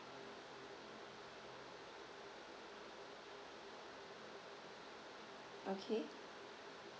okay